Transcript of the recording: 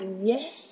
yes